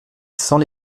sans